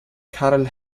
karl